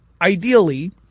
ideally